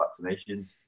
vaccinations